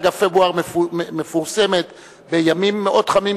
חודש פברואר מפורסם בימים מאוד חמים,